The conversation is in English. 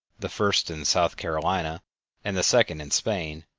the first in south carolina and the second in spain,